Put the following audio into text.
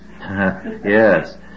Yes